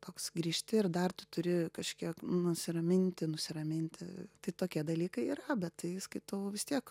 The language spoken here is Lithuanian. toks grįžti ir dar tu turi kažkiek nusiraminti nusiraminti tai tokie dalykai yra bet tai skaitau vis tiek